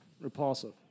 Repulsive